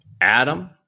Adam